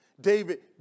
David